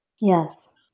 Yes